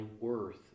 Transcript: worth